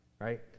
right